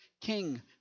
king